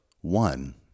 one